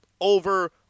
over